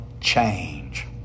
change